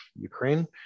Ukraine